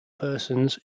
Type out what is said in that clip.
persons